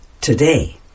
today